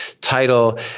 title